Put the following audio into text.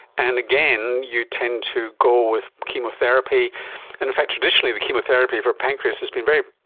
and again, you tend to go with chemotherapy, and in fact traditionally the chemotherapy for pancreas has been very,